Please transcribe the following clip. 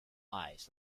eyes